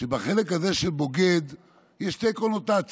שבחלק הזה של בוגד יש שתי קונוטציות: